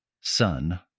son